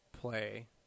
play